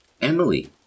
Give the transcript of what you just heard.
Emily